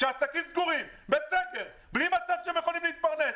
כשהעסקים סגורים בסגר בלי שהם יכולים להתפרנס,